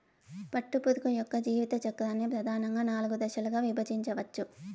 పట్టుపురుగు యొక్క జీవిత చక్రాన్ని ప్రధానంగా నాలుగు దశలుగా విభజించవచ్చు